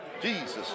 Jesus